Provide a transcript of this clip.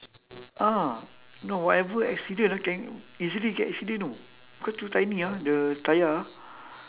ah no whatever accident ah can easily get accident you know cause too tiny ah the tyre ah